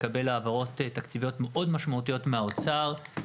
מקבל העברות תקציביות משמעותיות מאוד מהאוצר.